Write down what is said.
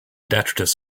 detritus